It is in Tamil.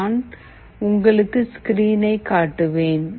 நான் உங்களுக்கு ஸ்க்ரீனை காட்டுவேன்